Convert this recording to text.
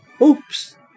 Oops